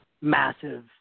massive